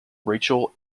rachael